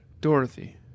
Dorothy